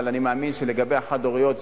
אבל אני מאמין שלגבי החד-הוריות,